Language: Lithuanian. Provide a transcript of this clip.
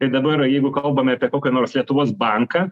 ir dabar jeigu kalbame apie kokį nors lietuvos banką